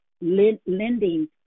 lending